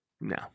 No